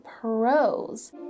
Pros